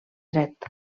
dret